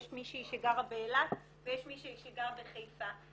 יש מישהי שגרה באילת ויש מישהי שגרה בחיפה,